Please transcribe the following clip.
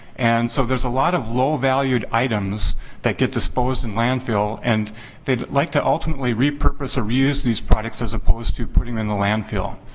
and so, there's a lot of low valued items that get disposed in landfill. and they'd like to ultimately repurpose or reuse these products as opposed to putting them in the landfill.